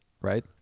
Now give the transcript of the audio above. right